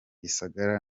gisagara